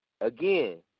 Again